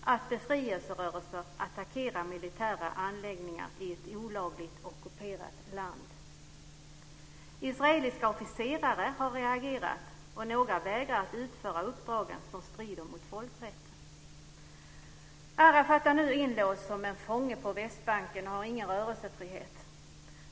att befrielserörelser attackerar militära anläggningar i ett olagligt ockuperat land. Israeliska officerare har reagerat, och några vägrar att utföra uppdrag som strider mot folkrätten. Arafat är nu inlåst som en fånge på Västbanken och har ingen rörelsefrihet.